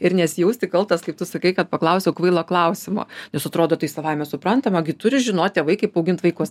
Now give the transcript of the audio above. ir nesijausti kaltas kaip tu sakai kad paklausiau kvailo klausimo nes atrodo tai savaime suprantama gi turi žinot tėvai kaip augint vaikus